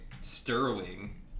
Sterling